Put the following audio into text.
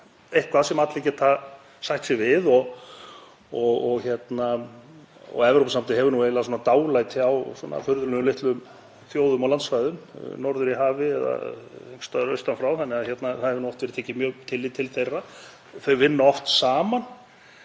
eitthvað sem allir geta sætt sig við. Evrópusambandið hefur eiginlega dálæti á furðulegum litlum þjóðum á landsvæðum norður í hafi eða einhvers staðar austan frá þannig að það hefur oft verið tekið tillit til þeirra. Þau vinna oft saman.